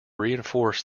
reinforce